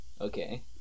okay